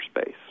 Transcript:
space